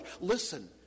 Listen